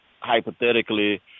hypothetically